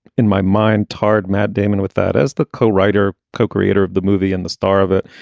in my mind tarred matt damon with that as the co-writer co-creator of the movie and the star of it.